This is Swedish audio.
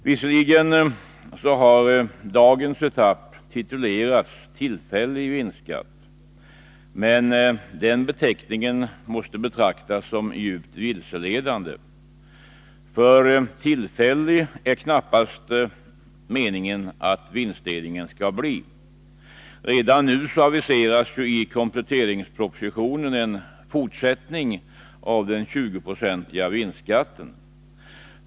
Visserligen har dagens etapp titulerats ”tillfällig vinstskatt”, men denna beteckning måste betraktas som djupt vilseledande, för tillfällig är det knappast meningen att vinstdelningen skall bli. Redan nu aviseras i kompletteringspropositionen en fortsättning av den 20-procentiga vinstskatten.